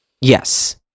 Yes